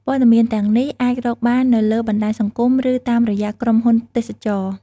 ព័ត៌មានទាំងនេះអាចរកបាននៅលើបណ្តាញសង្គមឬតាមរយៈក្រុមហ៊ុនទេសចរណ៍។